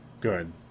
good